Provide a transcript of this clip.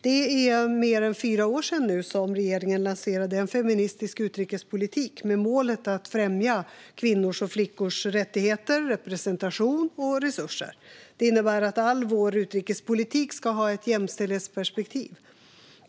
Det är nu mer än fyra år sedan regeringen lanserade en feministisk utrikespolitik, med målet att främja kvinnors och flickors rättigheter, representation och resurser. Detta innebär att all vår utrikespolitik ska ha ett jämställdhetsperspektiv.